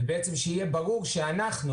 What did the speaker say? ושיהיה ברור שאנחנו,